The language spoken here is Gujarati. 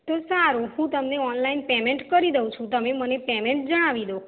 તો સારું હું તમને ઓનલાઈન પેમેન્ટ કરી દઉં છું તમે મને પેમેન્ટ જણાવી દો